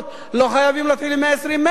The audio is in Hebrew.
לא חייבים להתחיל עם 120 מטר.